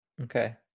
Okay